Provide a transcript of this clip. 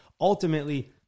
ultimately